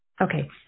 Okay